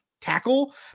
tackle